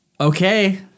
Okay